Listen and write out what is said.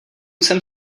jsem